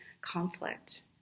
conflict